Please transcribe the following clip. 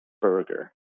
burger